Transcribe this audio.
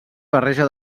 barreja